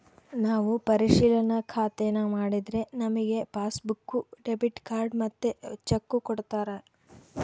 ನಾವು ಪರಿಶಿಲನಾ ಖಾತೇನಾ ಮಾಡಿದ್ರೆ ನಮಿಗೆ ಪಾಸ್ಬುಕ್ಕು, ಡೆಬಿಟ್ ಕಾರ್ಡ್ ಮತ್ತೆ ಚೆಕ್ಕು ಕೊಡ್ತಾರ